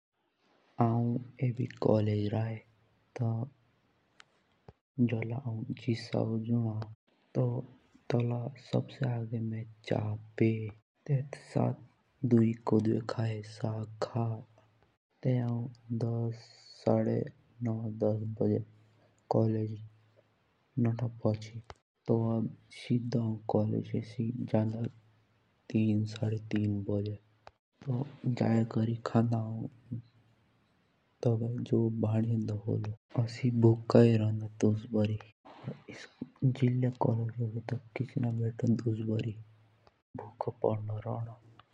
हौं एबी कॉलेज रा आइ तो जोला हौं जिसा ओबा उजूना तो मे सबसे आगे में चाइये पिये। और तब कोटी कही तेत्तके साथ साग खा। तेत्तके बाद हौं नौ साडे नौ बजे कॉलेज नोथा पुचि। और तेत्तके बाद तीन साडे तीन बजे क धर्के जान्दे।